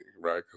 Right